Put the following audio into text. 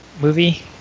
movie